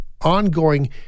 ongoing